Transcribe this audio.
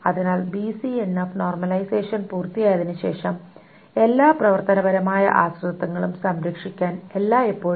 അതിനാൽ BCNF normalisation പൂർത്തിയായതിനുശേഷം എല്ലാ പ്രവർത്തനപരമായ ആശ്രിതത്വങ്ങളും സംരക്ഷിക്കാൻ എല്ലായ്പ്പോഴും